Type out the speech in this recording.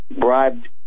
bribed